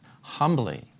humbly